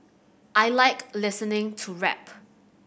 I like listening to rap